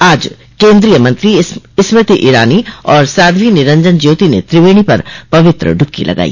आज केन्द्रीय मंत्री स्मृति ईरानी और साध्वी निरंजन ज्योति ने त्रिवेणी पर पवित्र डुबकी लगाई